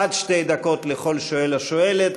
עד שתי דקות לכל שואל או שואלת,